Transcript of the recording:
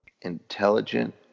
intelligent